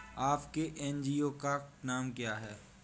आपके एन.जी.ओ का नाम क्या है?